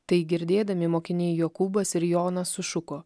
tai girdėdami mokiniai jokūbas ir jonas sušuko